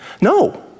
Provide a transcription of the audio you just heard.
No